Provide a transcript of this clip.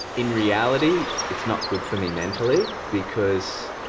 in reality, it's not good for me mentally because,